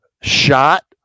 Shot